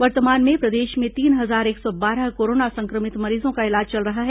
वर्तमान में प्रदेश में तीन हजार एक सौ बारह कोरोना संक्रमित मरीजों का इलाज चल रहा है